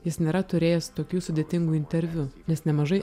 jis nėra turėjęs tokių sudėtingų interviu nes nemažai